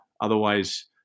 Otherwise